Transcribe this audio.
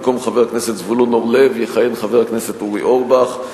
במקום חבר הכנסת זבולון אורלב יכהן חבר הכנסת אורי אורבך.